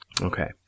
Okay